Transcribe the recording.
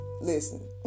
Listen